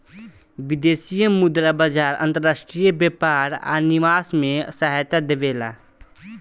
विदेशी मुद्रा बाजार अंतर्राष्ट्रीय व्यापार आ निवेश में सहायता देबेला